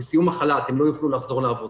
היינו בסיום החל"ת הם לא יוכלו לחזור לעבודה,